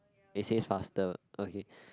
it says faster okay